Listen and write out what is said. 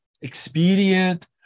expedient